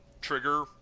trigger